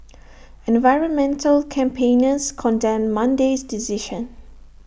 environmental campaigners condemned Monday's decision